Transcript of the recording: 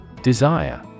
Desire